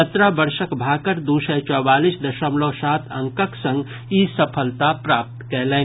सत्रह वर्षक भाकड़ दू सय चौवालीस दशमलव सात अंकक संग ई सफलता प्राप्त कयलनि